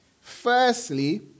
Firstly